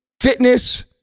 fitness